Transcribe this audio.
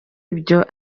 ibyo